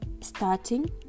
starting